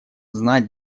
знать